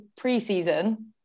pre-season